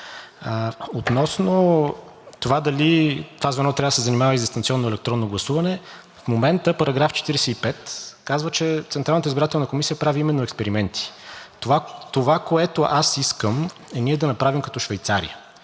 Относно това дали това звено трябва да се занимава и с дистанционно електронно гласуване, в момента § 45 казва, че Централната избирателна комисия прави именно експерименти. Това, което аз искам, е ние да направим като Швейцария.